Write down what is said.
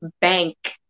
bank